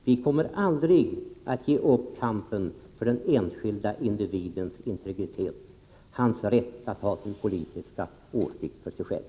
Vi kommer aldrig att ge upp kampen för den enskilde individens integritet, hans rätt att ha sin politiska åsikt för sig själv.